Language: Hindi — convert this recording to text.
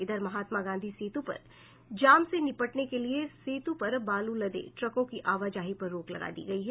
इधर महात्मा गांधी सेतु पर जाम से निपटने के लिए सेतु पर बालू लदे ट्रकों की आवाजाही पर रोक लगा दी गयी है